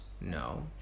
No